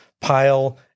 pile